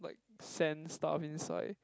like sand stuff inside